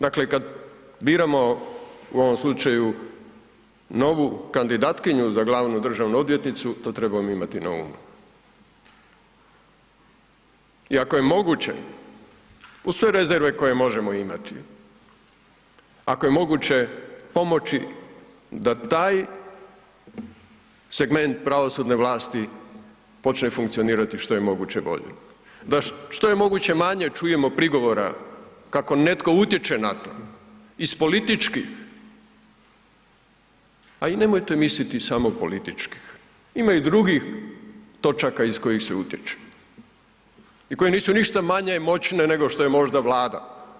Dakle kad biramo, u ovom slučaju novu kandidatkinju za glavnu državnu odvjetnicu, to trebamo imati na umu i ako je moguće uz sve rezerve koje možemo imati, ako je moguće pomoći da taj segment pravosudne vlasti počne funkcionirati što je moguće bolje, da što je moguće manje čujemo prigovora kako netko utječe na to iz političkih, ali nemojte misliti samo iz političkih, ima i drugih točaka iz kojih se utječe i koje nisu ništa manje moćne nego što možda Vlada.